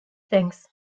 things